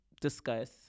discuss